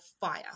fire